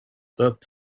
that